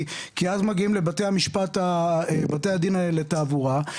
כי אז מגיעים לבתי הדיון לתעבורה,